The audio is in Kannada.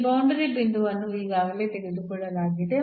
ಈ ಬೌಂಡರಿ ಬಿಂದುವನ್ನು ಈಗಾಗಲೇ ತೆಗೆದುಕೊಳ್ಳಲಾಗಿದೆ